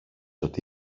ότι